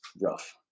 rough